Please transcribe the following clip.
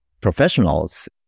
professionals